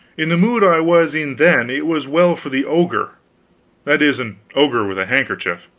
in the mood i was in then, it was well for the ogre that is, an ogre with a handkerchief.